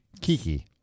Kiki